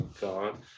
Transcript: God